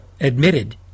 admitted